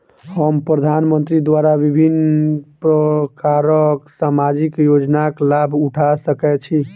हम प्रधानमंत्री द्वारा विभिन्न प्रकारक सामाजिक योजनाक लाभ उठा सकै छी?